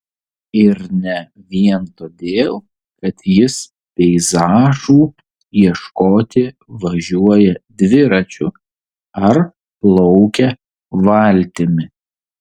ir ne vien todėl kad jis peizažų ieškoti važiuoja dviračiu ar plaukia valtimi